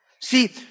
See